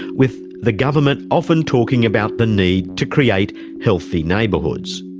with the government often talking about the need to create healthy neighbourhoods.